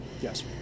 Yes